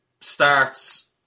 starts